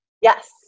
Yes